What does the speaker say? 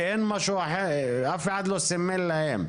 כי אף אחד לא סימן להם?